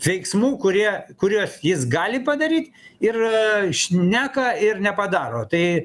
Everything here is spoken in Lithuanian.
veiksmų kurie kuriuos jis gali padaryt ir šneka ir nepadaro tai